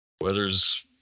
weather's